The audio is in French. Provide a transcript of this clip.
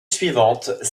suivantes